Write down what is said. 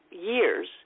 years